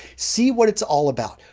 see what it's all about.